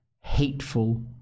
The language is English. hateful